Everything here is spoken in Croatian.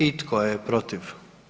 I tko je protiv?